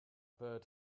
bird